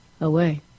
away